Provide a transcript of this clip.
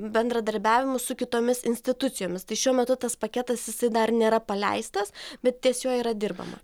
bendradarbiavimu su kitomis institucijomis tai šiuo metu tas paketas jisai dar nėra paleistas bet ties juo yra dirbama